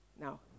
Now